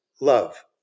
love